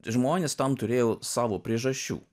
žmonės tam turėjo savų priežasčių